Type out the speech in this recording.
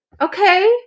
Okay